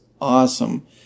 awesome